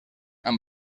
amb